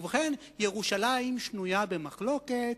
ובכן, ירושלים שנויה במחלוקת,